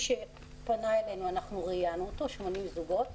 שפנה אלינו 80 זוגות.